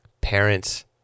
Parents